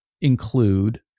include